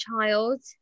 child